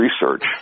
research